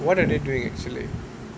what are they doing actually